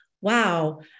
wow